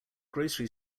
grocery